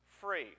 free